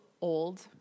old